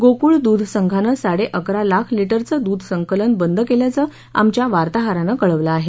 गोकुळ दूध संघानं साडे अकरा लाख लिटरचं दूध संकलन बंद केल्याचं आमच्या वार्ताहरानं कळवलं आहे